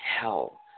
hell